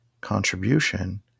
Contribution